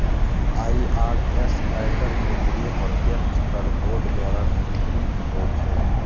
IRS, आयकर केंद्रीय प्रत्यक्ष कर बोर्ड द्वारा नियंत्रित होइ छै